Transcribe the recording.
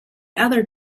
other